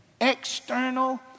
external